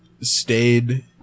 stayed